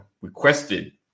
requested